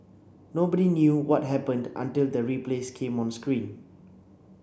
nobody knew what happened until the replays came on screen